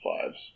fives